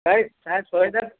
চাৰি চাৰে ছয় হেজাৰ